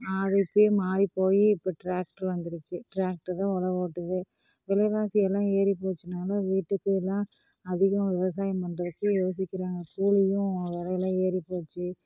அது போய் மாறி போய் இப்போ டிராக்டர் வந்துடுச்சி டிராக்டர் தான் உழவு ஓட்டுது விலைவாசி எல்லாம் ஏறிப்போச்சின்றனால வீட்டுக்கே தான் அதிகமாக விவசாயம் பண்ணுறதுக்கே யோசிக்கிறாங்க கோழியும் விலை ஏறிப்போச்சு